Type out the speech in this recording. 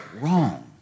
wrong